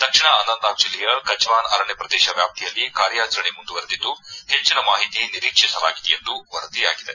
ದಕ್ಷಿಣ ಅನಂತ್ನಾಗ್ ಜಿಲ್ಲೆಯ ಕಜ್ವಾನ್ ಅರಣ್ಣ ಪ್ರದೇಶ ವ್ಯಾಪ್ತಿಯಲ್ಲಿ ಕಾರ್ಯಾಚರಣೆ ಮುಂದುವರಿದಿದ್ದು ಹೆಚ್ಚಿನ ಮಾಹಿತಿ ನಿರೀಕ್ಷಿಸಲಾಗಿದೆ ಎಂದು ವರದಿಯಾಗಿದೆ